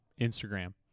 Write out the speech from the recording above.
Instagram